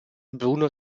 bruno